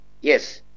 yes